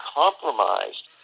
compromised